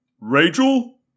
Rachel